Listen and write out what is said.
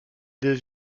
des